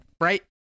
right